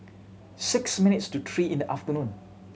six minutes to three in the afternoon